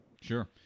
Sure